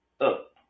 up